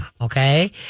okay